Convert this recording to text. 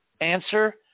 answer